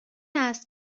است